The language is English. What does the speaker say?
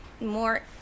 more